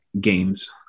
games